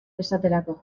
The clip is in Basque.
esaterako